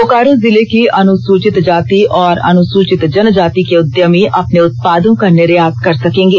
बोकारो जिले की अनुसूचित जाति और अनुसूचित जन जाति के उद्यमी अपने उत्पादों का निर्यात कर सकेंगे